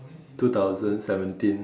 two thousand seventeen